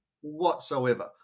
whatsoever